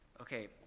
Okay